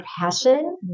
passion